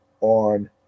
on